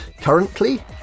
Currently